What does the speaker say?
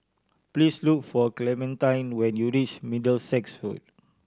please look for Clementine when you reach Middlesex Road